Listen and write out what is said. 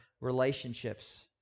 relationships